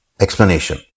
explanation